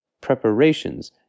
preparations